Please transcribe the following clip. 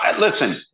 Listen